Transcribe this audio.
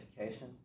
education